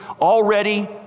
already